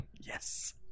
yes